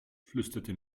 flüsterte